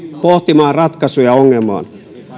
pohtimaan ratkaisuja ongelmaan